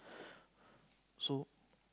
so